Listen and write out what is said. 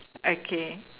okay